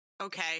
Okay